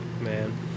man